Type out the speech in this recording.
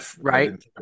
Right